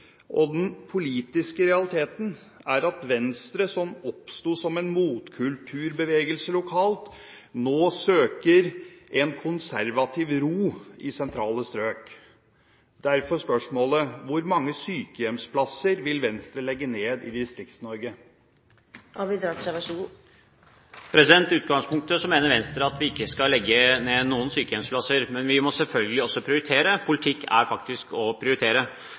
og den politiske realiteten er at Venstre, som oppsto som en motkulturbevegelse lokalt, nå søker en konservativ ro i sentrale strøk. Derfor spørsmålet: Hvor mange sykehjemsplasser vil Venstre legge ned i Distrikts-Norge? I utgangspunktet mener Venstre at vi ikke skal legge ned noen sykehjemsplasser, men vi må selvfølgelig også prioritere – politikk er faktisk å prioritere.